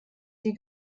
die